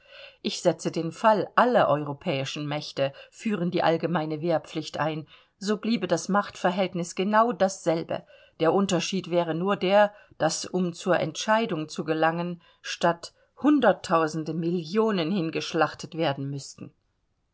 ich setze den fall alle europäischen mächte führen die allgemeine wehrpflicht ein so bliebe das machtverhältnis genau dasselbe der unterschied wäre nur der daß um zur entscheidung zu gelangen statt hunderttausende millionen hingeschlachtet werden müßten